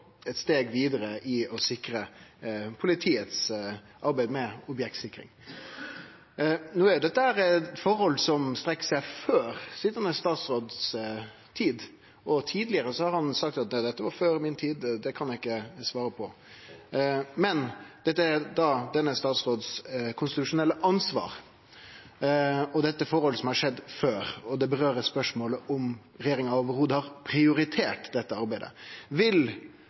eit steg vidare i å sikre politiets arbeid med objektsikring. Dette er forhold som strekkjer seg til tida før sitjande statsråd. Tidlegare har han sagt at nei, dette var før mi tid, så det kan eg ikkje svare på. Men det er denne statsrådens konstitusjonelle ansvar. Dette er forhold som har skjedd før, og det gjeld spørsmålet om regjeringa i det heile har prioritert dette arbeidet. Vil